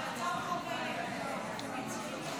בהצעות החוק האלה צריך לחכות?